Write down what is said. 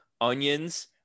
onions